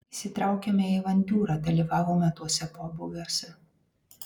įsitraukėme į avantiūrą dalyvavome tuose pobūviuose